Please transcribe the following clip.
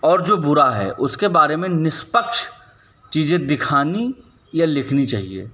और जो बुरा है उसके बारे में निष्पक्ष चीज़ें दिखानी या लिखनी चाहिए